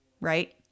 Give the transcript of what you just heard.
right